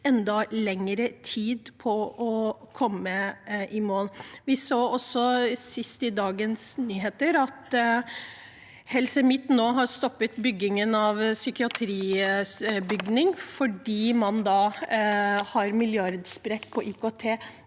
enda lengre tid på å komme i mål. Vi så også sist i dagens nyheter at Helse Midt-Norge nå har stoppet byggingen av psykiatribygning fordi man har en milliardsprekk på IKT.